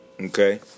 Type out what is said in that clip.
Okay